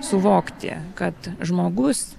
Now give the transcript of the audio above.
suvokti kad žmogus